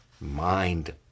Mind